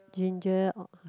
ginger